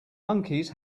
monkeys